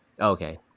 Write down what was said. Okay